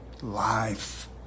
Life